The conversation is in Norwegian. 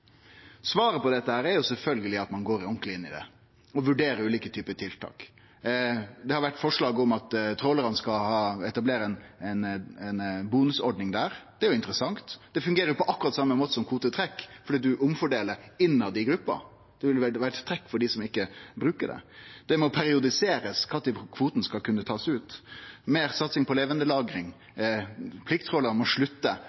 Svaret på dette er sjølvsagt at ein går ordentleg inn i det og vurderer ulike typar tiltak. Det har vore forslag om at trålarane skal etablere ei bonusordning der. Det er jo interessant. Det fungerer på akkurat same måten som kvotetrekk fordi ein fordeler om inn i gruppa. Det ville vore trekk for dei som ikkje brukar det. Det må periodiserast kva tid ein skal kunne ta ut kvoten. Ein må ha meir satsing på levandelagring. Plikttrålarane må slutte